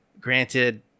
granted